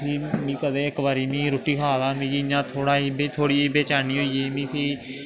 मिगी मिगी कदें इक बारी मीं रुट्टी खा दा हा मिगी इ'यां थोह्ड़ा जेही बेचैनी होई गेई मीं फ्ही